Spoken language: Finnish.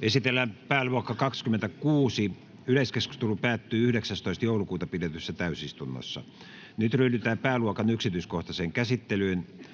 Esitellään pääluokka 26. Yleiskeskustelu päättyi 19.12.2022 pidetyssä täysistunnossa. Nyt ryhdytään pääluokan yksityiskohtaiseen käsittelyyn.